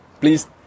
please